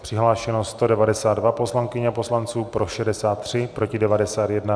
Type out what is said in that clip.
Přihlášeno 192 poslankyň a poslanců, pro 63, proti 91.